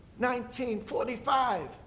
1945